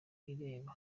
bireba